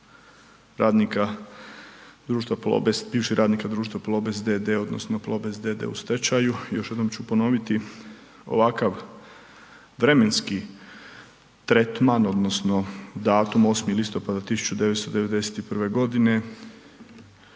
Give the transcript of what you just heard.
radnika bivših radnika društva Plobest d.d. odnosno Plobest d.d. u stečaju, još jednom ću ponoviti, ovakav vremenski tretman odnosno datum 8.10.1991.g.